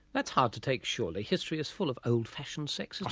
that's hard to take surely history is full of old fashioned sex,